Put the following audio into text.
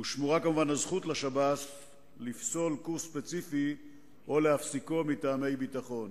ושמורה כמובן הזכות לשב"ס לפסול קורס ספציפי או להפסיקו מטעמי ביטחון.